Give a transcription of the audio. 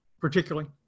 particularly